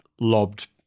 lobbed